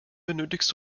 benötigst